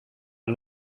een